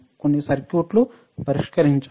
కొన్ని సర్క్యూట్ల పరీక్షించాలి